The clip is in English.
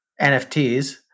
NFTs